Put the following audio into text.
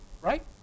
right